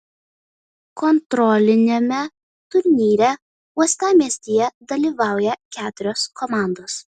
kontroliniame turnyre uostamiestyje dalyvauja keturios komandos